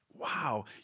Wow